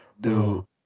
dude